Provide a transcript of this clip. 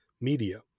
media